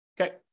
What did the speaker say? Okay